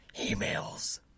Emails